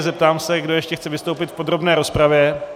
Zeptám se, kdo ještě chce vystoupit v podrobné rozpravě.